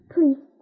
Please